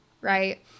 right